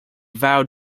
vowed